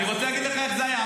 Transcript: אני רוצה להגיד לך איך זה היה.